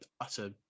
utter